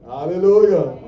Hallelujah